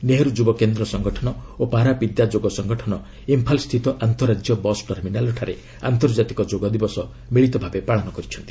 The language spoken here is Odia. ନେହରୁ ଯୁବକେନ୍ଦ୍ର ସଙ୍ଗଠନ ଓ ପାରା ବିଦ୍ୟା ଯୋଗ ସଙ୍ଗଠନ ଇମ୍ଫାଲ୍ ସ୍ଥିତ ଆନ୍ତଃରାଜ୍ୟ ବସ୍ ଟର୍ମିନାଲ୍ରେ ଆନ୍ତର୍ଜାତିକ ଯୋଗ ଦିବସ ମିଳିତ ଭାବେ ପାଳନ କରିଛନ୍ତି